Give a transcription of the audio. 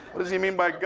what does he mean by gun?